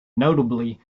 notably